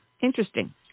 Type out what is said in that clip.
interesting